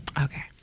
okay